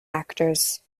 actors